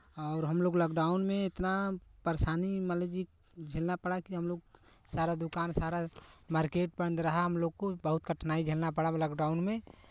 और हमलोग लॉकडाउन में इतना परेशानी मान लीजिए झेलना पड़ा कि हम लोग सारा दुकान सारा मार्केट बंद रहा हम लोग को बहुत कठिनाई झेलना पड़ा लॉकडाउन में